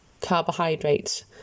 carbohydrates